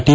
T